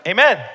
Amen